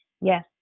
Yes